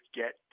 get